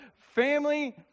Family